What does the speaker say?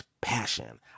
passion